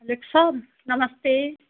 hello sir नमस्ते